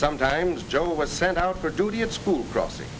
sometimes joe was sent out for duty at school property